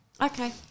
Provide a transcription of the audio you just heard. Okay